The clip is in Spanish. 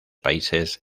países